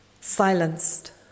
silenced